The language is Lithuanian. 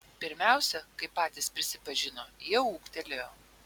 pirmiausia kaip patys prisipažino jie ūgtelėjo